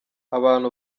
abantu